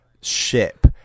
ship